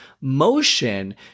motion